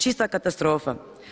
Čista katastrofa.